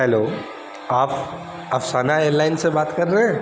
hello آپ Afsana airline سے بات کر رہے ہیں